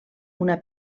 una